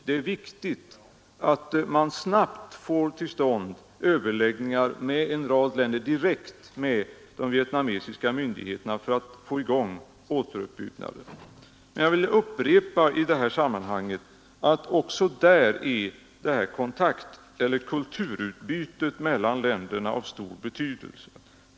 Det är viktigt att man snabbt kan ta upp överläggningar direkt mellan en rad länder och de vietnamesiska myndigheterna för att få i gång återuppbyggnaden. Men jag vill upprepa att också där är kulturutbytet mellan länderna av stor betydelse.